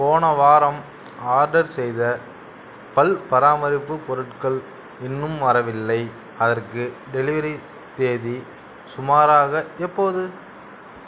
போன வாரம் ஆர்டர் செய்த பல் பராமரிப்பு பொருட்கள் இன்னும் வரவில்லை அதற்கு டெலிவரி தேதி சுமாராக எப்போது